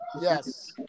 Yes